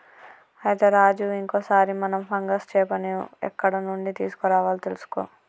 అయితే రాజు ఇంకో సారి మనం ఫంగస్ చేపని ఎక్కడ నుండి తీసుకురావాలో తెలుసుకో